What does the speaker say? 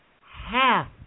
half